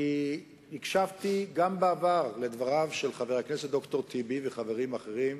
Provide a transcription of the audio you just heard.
אני הקשבתי גם בעבר לדברים של חבר הכנסת ד"ר טיבי וחברים אחרים,